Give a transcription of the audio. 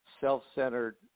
self-centered